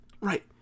Right